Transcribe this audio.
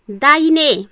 दाहिने